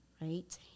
right